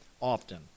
often